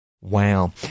Wow